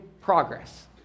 progress